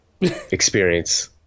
experience